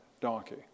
donkey